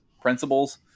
principles